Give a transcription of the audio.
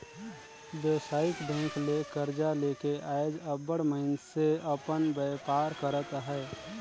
बेवसायिक बेंक ले करजा लेके आएज अब्बड़ मइनसे अपन बयपार करत अहें